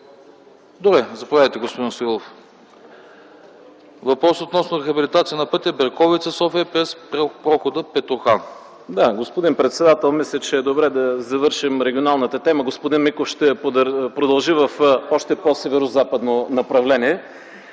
Добре, заповядайте господин Стоилов. Въпрос относно рехабилитация на пътя Берковица – София през прохода Петрохан. ЯНАКИ СТОИЛОВ (КБ): Да, господин председател. Мисля, че е добре да завършим регионалната тема. Господин Миков ще я продължи в още по-северозападно направление.